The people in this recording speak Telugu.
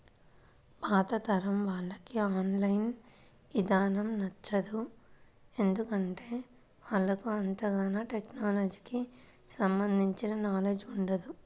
పాతతరం వాళ్లకి ఆన్ లైన్ ఇదానం నచ్చదు, ఎందుకంటే వాళ్లకు అంతగాని టెక్నలజీకి సంబంధించిన నాలెడ్జ్ ఉండదు